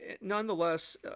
nonetheless